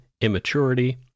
immaturity